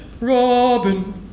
Robin